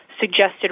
suggested